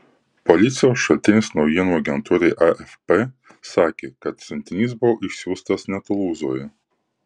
policijos šaltinis naujienų agentūrai afp sakė kad siuntinys buvo išsiųstas ne tulūzoje